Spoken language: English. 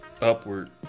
upward